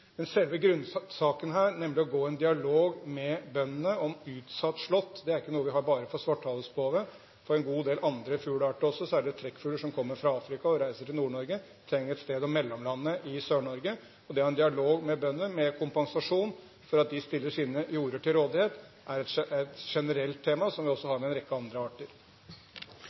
selve grunnsaken her, nemlig å gå i en dialog med bøndene om utsatt slått, er ikke noe vi har bare for svarthalespove. Blant en god del andre fuglearter også er det trekkfugler som kommer fra Afrika og reiser til Nord-Norge, og som trenger et sted å mellomlande i Sør-Norge. Det å ha en dialog med bønder om kompensasjon for at de stiller sine jorder til rådighet, er et generelt tema som vi også har når det gjelder en rekke andre arter.